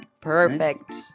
Perfect